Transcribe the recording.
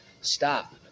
stop